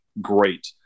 great